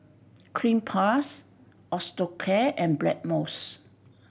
Cleanz Plus Osteocare and Blackmores